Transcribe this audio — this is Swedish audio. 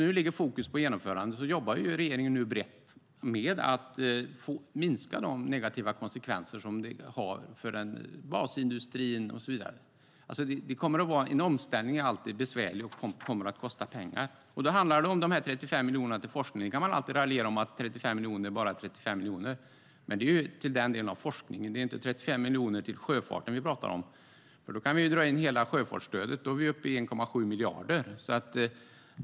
Nu ligger fokus på genomförandet, därför jobbar regeringen brett med att minska de negativa konsekvenser som svaveldirektivet har för basindustrin och så vidare. En omställning är alltid besvärlig och kommer att kosta pengar. Då handlar det om de 35 miljonerna till forskning. Man kan alltid raljera om att 35 miljoner bara är 35 miljoner, men det är ju till den delen av forskningen. Det är inte 35 miljoner till sjöfarten vi pratar om. Då kan vi dra in hela sjöfartsstödet. Då är vi uppe i 1,7 miljarder.